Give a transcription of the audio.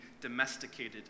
domesticated